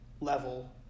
level